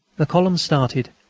the column started,